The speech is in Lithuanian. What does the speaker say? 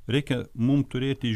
reikia mum turėti